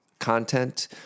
Content